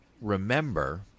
remember